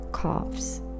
Coughs